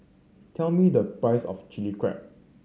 tell me the price of Chilli Crab